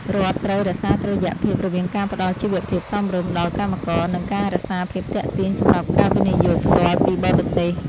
រដ្ឋត្រូវរក្សាតុល្យភាពរវាងការផ្តល់ជីវភាពសមរម្យដល់កម្មករ និងការរក្សាភាពទាក់ទាញសម្រាប់ការវិនិយោគផ្ទាល់ពីបរទេស។